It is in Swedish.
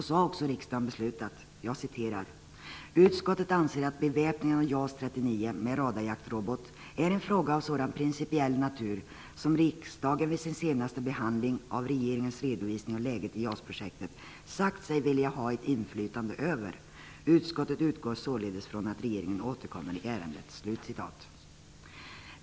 Så har också riksdagen beslutat: Utskottet anser att beväpningen av JAS 39 med radarjaktrobot är en fråga av sådan principiell natur som riksdagen vid sin senaste behandling av regeringens redovisning av läget i JAS-projektet sagt sig vilja ha ett inflytande över. Utskottet utgår således från att regeringen återkommer i ärendet.